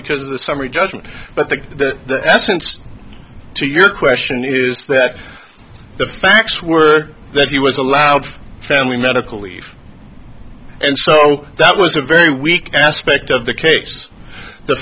because of the summary judgment but that to your question is that the facts were that he was allowed family medical leave and so that was a very weak aspect of the case the